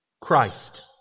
Christ